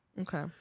Okay